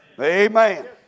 Amen